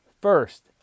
First